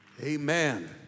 Amen